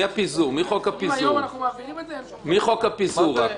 מחוק הפיזור.